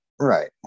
right